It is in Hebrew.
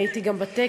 אני הייתי בטקס